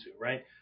right